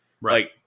right